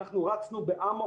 אנחנו רצנו באמוק,